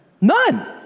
None